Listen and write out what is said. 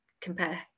compare